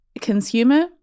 consumer